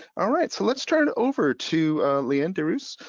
alright, so let's turn it over to lee ann de reus,